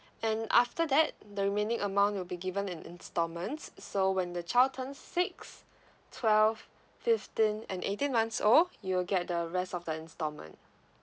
and after that the remaining amount will be given in installments so when the child turns six twelve fifteen and eighteen months old you will get the rest of the installment